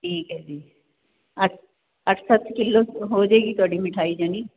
ਠੀਕ ਹੈ ਜੀ ਅੱਠ ਅੱਠ ਸੌ ਰੁਪਏ ਕਿਲੋ ਹੋ ਜਾਏਗੀ ਤੁਹਾਡੀ ਮਿਠਾਈ ਜਾਣੀ